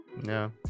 No